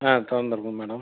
ஆ திறந்துருப்போம் மேடம்